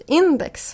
index